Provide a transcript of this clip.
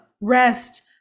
rest